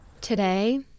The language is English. Today